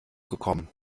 gekommen